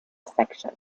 section